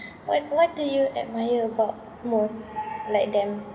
what what do you admire about most like them